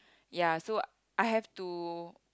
ya so I have to